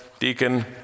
deacon